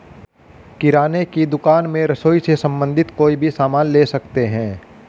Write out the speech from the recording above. किराने की दुकान में रसोई से संबंधित कोई भी सामान ले सकते हैं